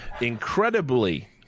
Incredibly